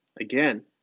Again